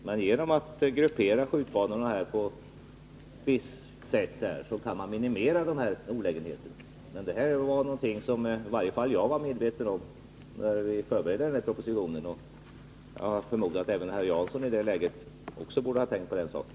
Men genom att gruppera skjutbanorna på ett visst sätt kan man minimera dessa olägenheter. Detta var i varje fall jag medveten om när vi förberedde propositionen i ärendet. Jag förmodar att även herr Jansson insåg detta i det läget.